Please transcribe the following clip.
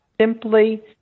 simply